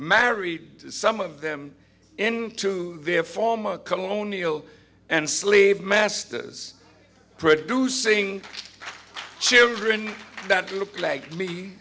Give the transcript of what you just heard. married some of them into their former colonial and sleeve masters producing children that look like me